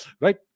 right